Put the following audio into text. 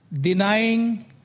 denying